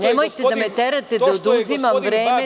Nemojte da me terate da oduzimam vreme…